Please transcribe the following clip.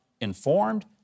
informed